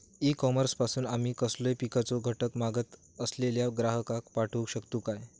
E commerce पासून आमी कसलोय पिकाचो घटक मागत असलेल्या ग्राहकाक पाठउक शकतू काय?